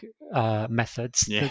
methods